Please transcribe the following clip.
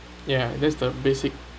ya that's the basic